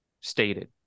stated